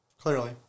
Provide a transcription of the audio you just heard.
Clearly